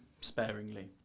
sparingly